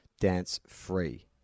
dance-free